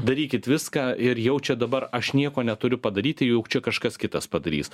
darykit viską ir jau čia dabar aš nieko neturiu padaryti juk čia kažkas kitas padarys